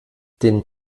den